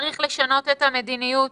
צריך לשנות את המדיניות,